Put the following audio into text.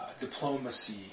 diplomacy